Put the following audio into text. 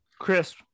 Chris